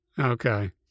Okay